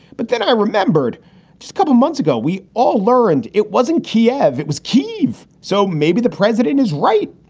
but then i remembered just a couple of months ago, we all learned it wasn't kiev, it was keeves. so maybe the president is right.